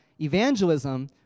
evangelism